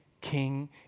king